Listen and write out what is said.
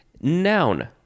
Noun